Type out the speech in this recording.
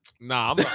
Nah